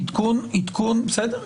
עדכון בסדר.